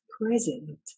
present